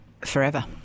forever